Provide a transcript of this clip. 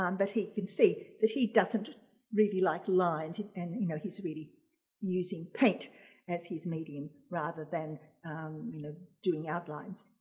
um but he can see that he doesn't really like lines and you know he's really using paint as his medium rather than you know doing outlines.